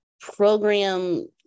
program